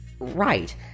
Right